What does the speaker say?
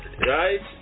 Right